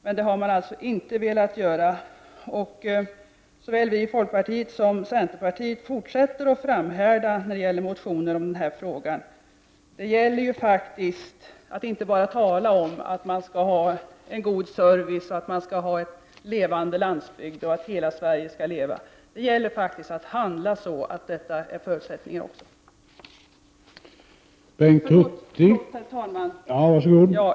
Men det har man alltså inte velat göra. Såväl folkpartiet som centerpartiet kommer att i motioner fortsätta att framhärda i den här frågan. Det gäller att inte bara tala om att man skall ha en god service, en levande landsbygd och att hela Sverige skall leva. Det gäller att handla så att det finns förutsättningar för detta.